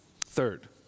Third